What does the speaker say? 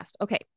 Okay